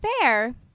fair